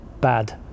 bad